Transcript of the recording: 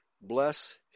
Bless